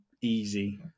easy